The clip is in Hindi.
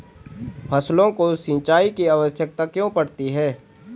फसलों को सिंचाई की आवश्यकता क्यों पड़ती है?